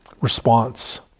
response